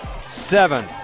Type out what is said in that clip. seven